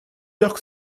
york